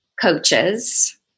coaches